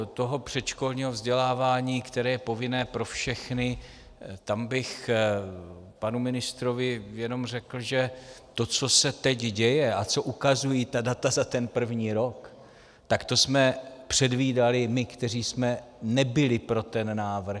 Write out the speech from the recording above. U toho předškolního vzdělávání, které je povinné pro všechny, tam bych panu ministrovi jenom řekl, že to, co se teď děje a co ukazují data za ten první rok, tak to jsme předvídali my, kteří jsme nebyli pro ten návrh.